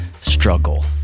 struggle